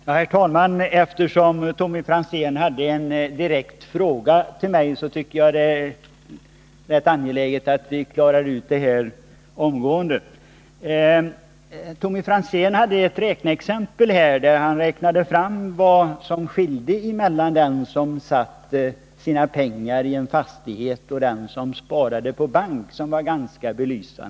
Herr talman! Tommy Franzén ställde en direkt fråga till mig. Jag tycker att det är angeläget att vi klarar ut den omgående. Tommy Franzén anförde ett räkneexempel som var ganska belysande. Han räknade ut hur mycket som skilde mellan att sätta sina pengar i en fastighet och att spara på bank.